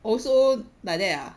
also like that ya